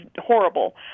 horrible